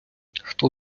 хто